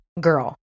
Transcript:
girl